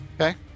Okay